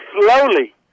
slowly